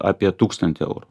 apie tūkstantį eurų